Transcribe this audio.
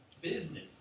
business